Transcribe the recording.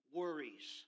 worries